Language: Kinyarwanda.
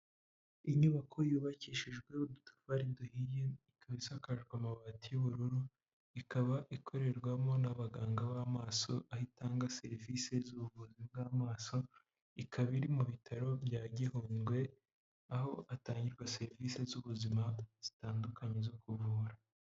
Inyubako yubakishijwe udutafari duhiye ikaba isakara amabati y'ubururu ikaba ikorerwamo n'abaganga b'amaso a aho itanga serivisi z'ubuvuzi bw'amaso ikaba iri mu bitaro bya gihundwe aho hatangirwa serivisi z'ubuzima zitandukanye zo ku kuvura.